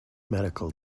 medical